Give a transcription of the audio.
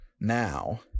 now